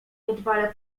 niedbale